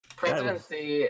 presidency